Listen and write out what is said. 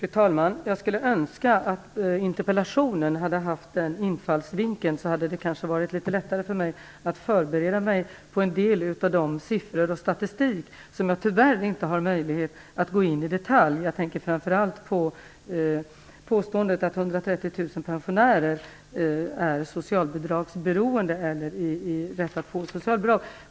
Fru talman! Jag skulle önska att interpellationen hade haft den infallsvinkeln. Då hade det kanske varit litet lättare för mig att förbereda mig på en del av de siffror och den statistik som jag nu tyvärr inte har möjlighet att gå in på i detalj. Jag tänker framför allt på påståendet att 130 000 pensionärer är socialbidragsberoende eller har rätt att få socialbidrag.